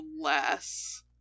less